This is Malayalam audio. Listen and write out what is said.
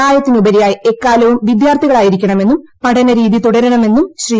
പ്രായത്തിനുപരിയായി എക്കാലവും വിദ്യാർത്ഥികളായിരിക്കണമെന്നും പഠന രീതിതുടരണമെന്നും ശ്രീ